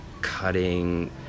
cutting